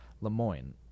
Lemoyne